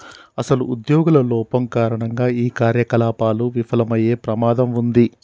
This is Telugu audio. అసలు ఉద్యోగుల లోపం కారణంగా ఈ కార్యకలాపాలు విఫలమయ్యే ప్రమాదం ఉంది